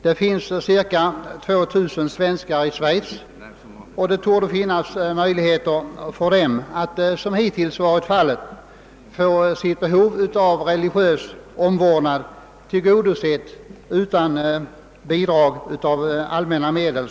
Det finns cirka 2 000 svenskar i Schweiz, och det torde finnas möjligheter för dem att liksom hittills få sitt behov av religiös omvårdnad tillgodosett utan bidrag av allmänna medel.